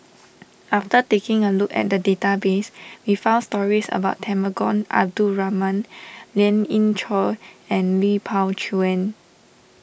after taking a look at database we found stories about Temenggong Abdul Rahman Lien Ying Chow and Lui Pao Chuen